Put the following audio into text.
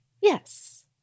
Yes